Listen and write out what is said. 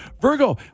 Virgo